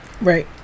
Right